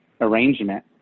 arrangement